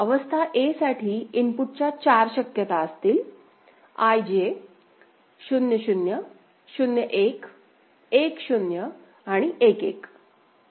अवस्था a साठी इनपुटच्या चार शक्यता असतील I J 0 0 0 1 1 0 आणि 1 1